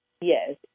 Yes